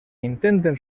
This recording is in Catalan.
intenten